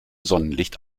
sonnenlicht